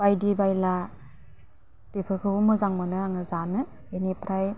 बायदि बायला बेफोरखौबो मोजां मोनो आङो जानो बिनिफ्राय